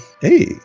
Hey